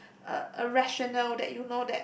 a a rational that you know that